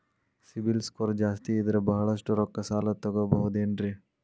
CIBIL score ಜಾಸ್ತಿ ಇದ್ರ ಬಹಳಷ್ಟು ರೊಕ್ಕ ಸಾಲ ತಗೋಬಹುದು ಏನ್ರಿ?